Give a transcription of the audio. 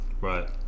Right